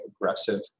aggressive